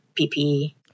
PPE